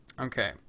okay